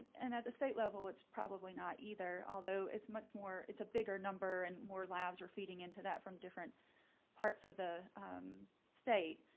and at the state level, it's probably not either, although it's much more it's a bigger number and more labs are feeding into that from different parts of the state.